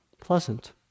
Pleasant